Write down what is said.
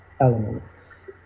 elements